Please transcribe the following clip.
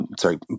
sorry